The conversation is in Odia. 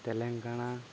ତେଲେଙ୍ଗାନା